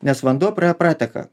nes vanduo pro ją prateka